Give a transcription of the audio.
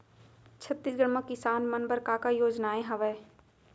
छत्तीसगढ़ म किसान मन बर का का योजनाएं हवय?